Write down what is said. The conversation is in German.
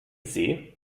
seh